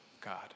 God